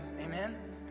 amen